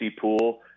pool